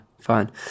fine